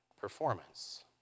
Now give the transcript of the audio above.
performance